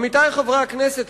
עמיתי חברי הכנסת,